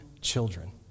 children